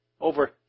over